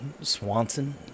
Swanson